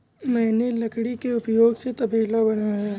मैंने लकड़ी के उपयोग से तबेला बनाया